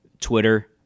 Twitter